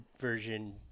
version